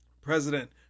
president